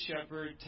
Shepherd